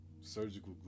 Surgical